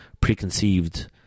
preconceived